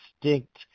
distinct